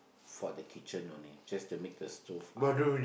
for the kitchen only just to make the stove up